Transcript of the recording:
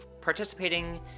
participating